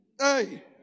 Hey